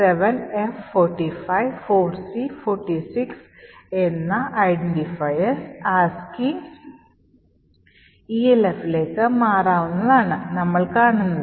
7f 45 4c 46 എന്ന identifiers ASCII elf ലേക്ക് മാറുന്നതാണ് നമ്മൾ കാണുന്നത്